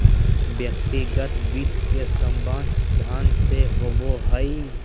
व्यक्तिगत वित्त के संबंध धन से होबो हइ